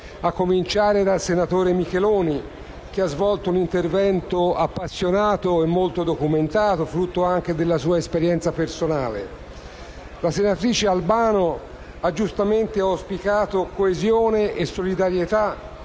a cominciare dal senatore Micheloni, che ha svolto un intervento appassionato e molto documentato, frutto anche dalla sua esperienza personale. La senatrice Albano ha giustamente auspicato coesione e solidarietà